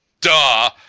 duh